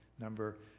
number